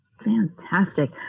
Fantastic